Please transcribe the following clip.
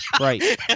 right